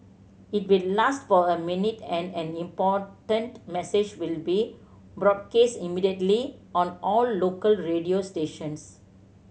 it will last for a minute and an important message will be broadcast immediately on all local radio stations